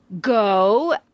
go